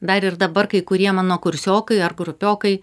dar ir dabar kai kurie mano kursiokai ar grupiokai